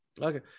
okay